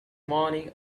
morning